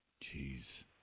Jeez